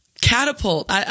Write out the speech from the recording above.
Catapult